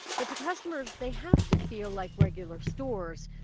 but to customers, they have to feel like regular stores,